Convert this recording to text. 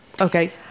Okay